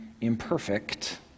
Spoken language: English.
imperfect